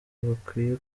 bakwiye